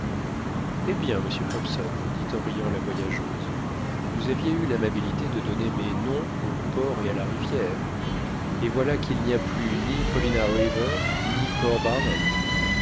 eh bien monsieur hobson dit en riant la voyageuse vous aviez eu l'amabilité de donner mes noms au port et à la rivière et voilà qu'il n'y a plus ni paulina river ni port